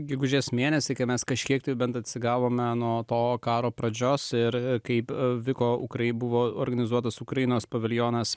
gegužės mėnesį kai mes kažkiek tai bent atsigavome nuo to karo pradžios ir kaip vyko ukrai buvo organizuotas ukrainos paviljonas